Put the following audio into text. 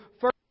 first